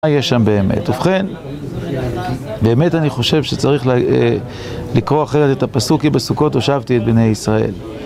מה יש שם באמת? ובכן, באמת אני חושב שצריך לקרוא אחרת את הפסוק, כי בסוכות הושבתי את בני ישראל.